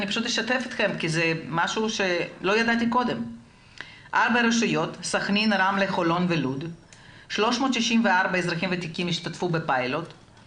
זה משהו שלא ידעתי קודם ואני רוצה לשתף אתכם בו.